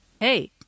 hey